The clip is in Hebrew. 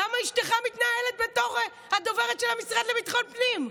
למה אשתך מתנהלת בתור הדוברת של המשרד לביטחון פנים?